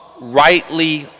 rightly